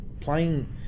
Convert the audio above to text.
playing